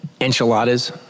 Enchiladas